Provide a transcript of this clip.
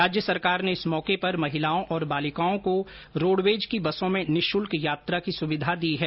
राज्य सरकार ने इस मौके पर महिलाओं और बालिकाओं को रोडवेज की बसों में निःशुल्क यात्रा की सुविधा दी है